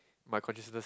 my consciousness